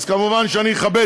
אז כמובן אני אכבד.